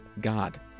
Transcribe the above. god